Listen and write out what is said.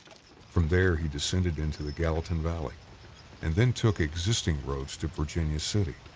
from there he descended into the gallatin valley and then took existing roads to virginia city,